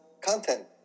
content